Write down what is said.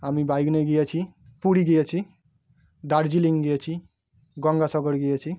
আমি বাইক নিয়ে গিয়েছি পুরী গিয়েছি দার্জিলিং গিয়েছি গঙ্গাসাগর গিয়েছি